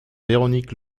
véronique